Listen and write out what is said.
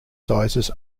sizes